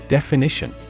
Definition